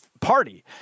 party